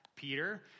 Peter